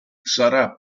sarà